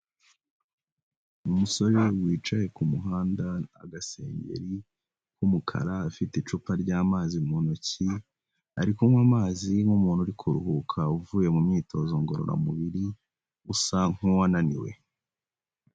Umusore wicaye ku muhanda, agasengeri k'umukara, afite icupa ry'amazi mu ntoki, ari kunywa amazi nk'umuntu uri kuruhuka uvuye mu myitozo ngororamubiri, usa nkuwananiwe.